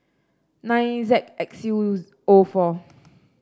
nine Z X U O four